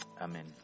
Amen